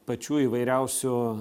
pačių įvairiausių